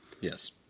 Yes